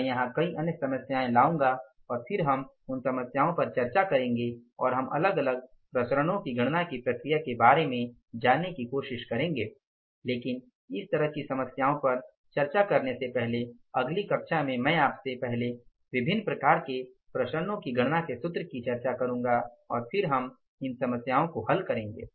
मैं यहां कई अन्य समस्याएं लाऊंगा और फिर हम इन समस्याओं पर चर्चा करेंगे और हम अलग अलग विचरणों की गणना की प्रक्रिया के बारे में जानने की कोशिश करेंगे लेकिन इस तरह की समस्याओं पर चर्चा करने से पहले अगली कक्षा में मैं आपसे पहले विभिन्न प्रकार के विचरणों की गणना के सूत्र की चर्चा करूंगा और फिर हम इन समस्याओं को हल करेंगे